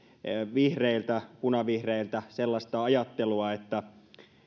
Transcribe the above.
vihreiltä punavihreiltä sellaista ajattelua että